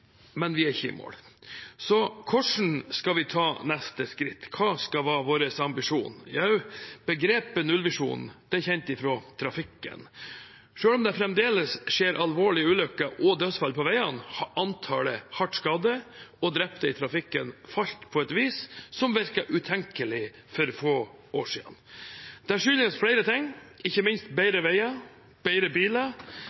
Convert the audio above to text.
men vi er ikke i mål. Hvordan skal vi ta neste skritt? Hva skal være vår ambisjon? Begrepet nullvisjon er kjent fra trafikken. Selv om det fremdeles skjer alvorlige ulykker og dødsfall på veiene, har antallet hardt skadde og drepte i trafikken falt på et vis som virket utenkelig for få år siden. Det skyldes flere ting, ikke minst